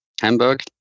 Hamburg